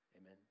Amen